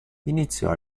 iniziò